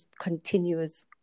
continuous